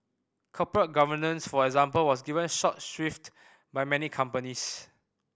corporate governance for example was given short shrift by many companies